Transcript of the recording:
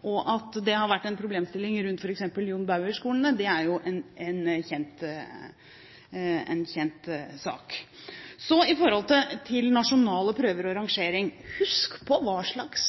og at det har vært en problemstilling rundt f.eks. John Bauer-skolene, er jo en kjent sak. Så til nasjonale prøver og rangering. Husk på hva slags